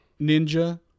Ninja